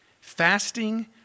fasting